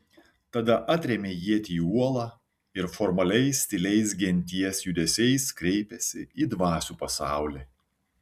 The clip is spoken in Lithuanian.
tada atrėmė ietį į uolą ir formaliais tyliais genties judesiais kreipėsi į dvasių pasaulį